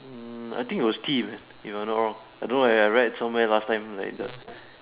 mm I think it was tea if I'm not wrong I don't know I read somewhere last time like the